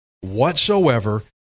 whatsoever